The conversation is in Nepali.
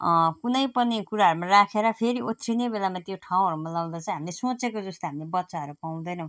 कुनै पनि कुराहरूमा राखेर फेरि ओथ्रिने बेलामा त्यो ठाउँहरूमा लगाउँदा चाहिँ हामीले सोचेको जस्तो हामीले बच्चाहरू पाउँदैनौँ